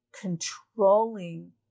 controlling